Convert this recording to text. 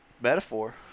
Metaphor